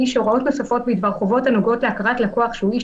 שהוראות נוספות בדבר חובות הנוגעות להכרת לקוח שהוא איש